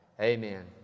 Amen